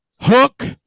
Hook